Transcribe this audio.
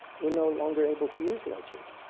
were no longer able to use logic.